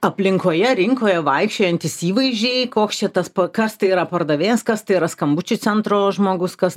aplinkoje rinkoje vaikščiojantys įvaizdžiai koks čia tas kas tai yra pardavėjas kas tai yra skambučių centro žmogus kas tai yra ten nežinau